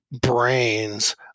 brains